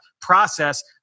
process